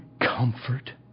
comfort